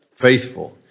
faithful